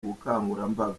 ubukangurambaga